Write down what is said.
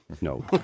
No